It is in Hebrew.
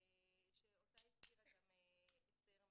שאותה הזכירה גם אסתר מהקואליציה.